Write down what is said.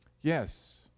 Yes